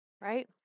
right